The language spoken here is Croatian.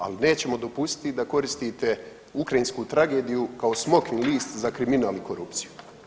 Ali nećemo dopustiti da koristite ukrajinsku tragediju kao smokvin list za kriminal i korupciju.